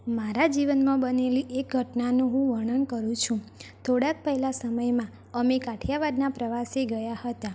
મારા જીવનમાં બનેલી એક ઘટનાનું હું વર્ણન કરું છું થોડાક પહેલાં સમયમાં અમે કાઠિયાવાડના પ્રવાસે ગયા હતા